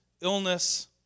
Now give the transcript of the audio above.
illness